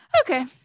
Okay